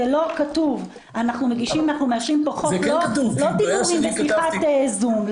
אנחנו מאשרים פה חוק, לא דיבורים בשיחת Zoom.